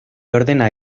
ordena